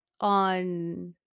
on